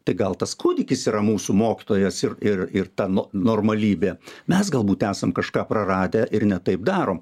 tai gal tas kūdikis yra mūsų mokytojas ir ir ir ta no normalybė mes galbūt esam kažką praradę ir ne taip darom